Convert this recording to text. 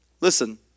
listen